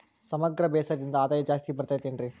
ಸಮಗ್ರ ಬೇಸಾಯದಿಂದ ಆದಾಯ ಜಾಸ್ತಿ ಬರತೈತೇನ್ರಿ?